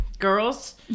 girls